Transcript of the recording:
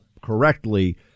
correctly